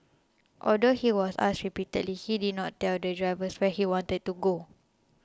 although he was asked repeatedly he did not tell the driver where he wanted to go